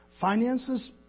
finances